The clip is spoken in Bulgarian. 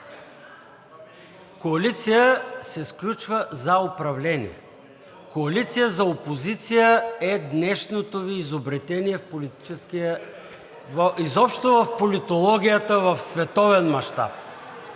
Коалиция се сключва за управление. Коалиция за опозиция е днешното Ви изобретение в политическия… изобщо в политологията в световен мащаб.